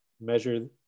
measure